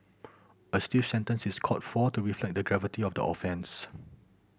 a stiff sentence is called for to reflect the gravity of the offences